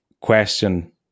question